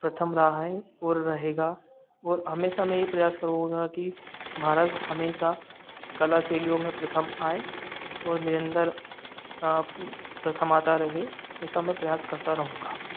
प्रथम रहा है और रहेगा और हमेशा मैं ये प्रयास करूँगा कि भारत हमेशा कला शैलियों में प्रथम आए और निरंतर प्रथम आता रहे ऐसा मैं प्रयास करता रहूँगा